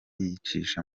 yicisha